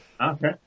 Okay